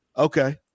Okay